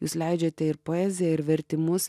jūs leidžiate ir poeziją ir vertimus